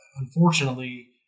unfortunately